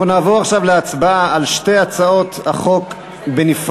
אנחנו נעבור עכשיו להצבעה על שתי הצעות החוק בנפרד.